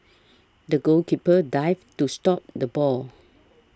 the goalkeeper dived to stop the ball